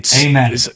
Amen